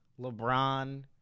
LeBron